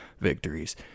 victories